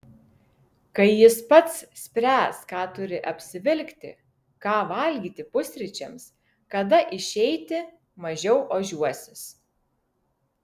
kai jis pats spręs ką turi apsivilkti ką valgyti pusryčiams kada išeiti mažiau ožiuosis